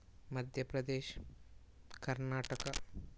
Madhya Pradesh Karnataka